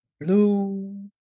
blue